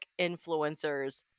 influencers